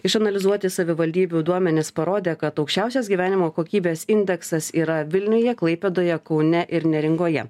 išanalizuoti savivaldybių duomenys parodė kad aukščiausias gyvenimo kokybės indeksas yra vilniuje klaipėdoje kaune ir neringoje